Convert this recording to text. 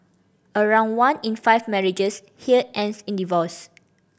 around one in five marriages here ends in divorce